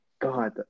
God